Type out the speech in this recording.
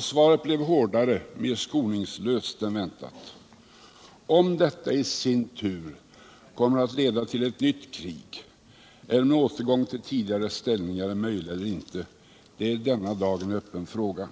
Svaret blev hårdare, mer skoningslöst än väntat. Om detta i sin tur kommer att leda till ett nytt krig eller om en återgång till tidigare ställningar är möjlig, det är denna dag en öppen fråga.